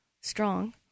strong